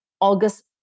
August